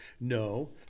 no